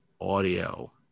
audio